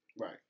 right